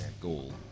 goal